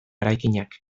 eraikinak